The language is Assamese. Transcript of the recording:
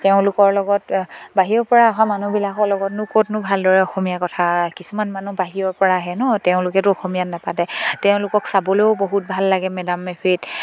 তেওঁলোকৰ লগত বাহিৰৰ পৰা অহা মানুহবিলাকৰ লগত নো ক'তনো ভালদৰে অসমীয়া কথা কিছুমান মানুহ বাহিৰৰ পৰা আহে ন তেওঁলোকেতো অসমীয়াত নাপাতে তেওঁলোকক চাবলেও বহুত ভাল লাগে মেডাম মেফিত